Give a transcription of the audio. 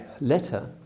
letter